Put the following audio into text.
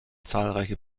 zahlreiche